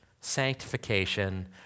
sanctification